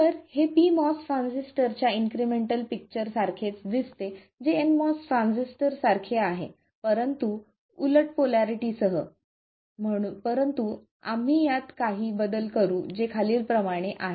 तर हे pMOS ट्रान्झिस्टरच्या इन्क्रिमेंटल पिक्चर सारखे दिसते जे nMOS ट्रान्झिस्टरसारखे आहे परंतु उलट पोलारिटी सह परंतु आम्ही यात काही बदल करू जे खालीलप्रमाणे आहेत